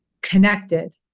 connected